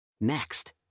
Next